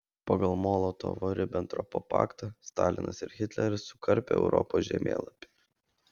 pagal molotovo ribentropo paktą stalinas ir hitleris sukarpė europos žemėlapį